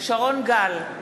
שרון גל,